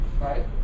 right